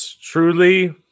truly